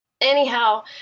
Anyhow